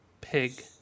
Pig